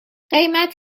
قیمت